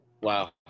Wow